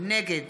נגד